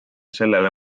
sellele